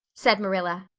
said marilla.